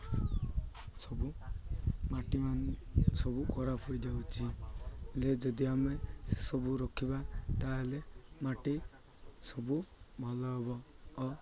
ସବୁ ମାଟି ସବୁ ଖରାପ ହୋଇଯାଉଛି ହେଲେ ଯଦି ଆମେ ସେସବୁ ରଖିବା ତା'ହେଲେ ମାଟି ସବୁ ଭଲ ହେବ ଆଉ